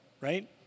right